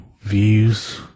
views